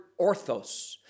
orthos